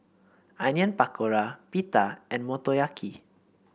Onion Pakora Pita and Motoyaki